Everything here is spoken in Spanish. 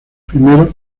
primero